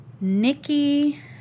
Nikki